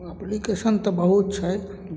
application तऽ बहुत छै